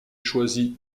choisis